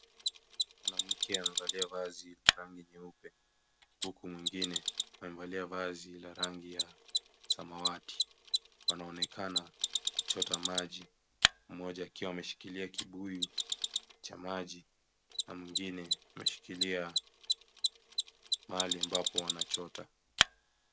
Mwanamke amevalia vazi la rangi nyeupe huku mwingine amevalia vazi la rangi ya samawati , wanaonekana kuchota maji mmoja akiwa ameshikilia kibuyu cha maji na mwingine akishikilia mahali ambapo wanachota.